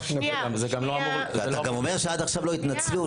אתה גם אומר שעד עכשיו לא התנצלו.